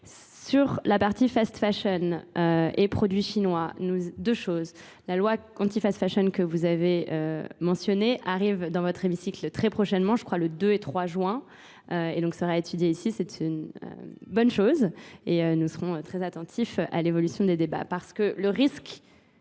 Sur la partie fast fashion et produits chinois, deux choses. La loi anti fast fashion que vous avez mentionnée arrive dans votre hémicycle très prochainement, je crois le 2 et 3 juin, et donc ça va étudier ici, c'est une bonne chose et nous serons très attentifs à l'évolution des débats parce que le risque